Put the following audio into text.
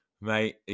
Mate